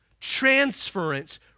transference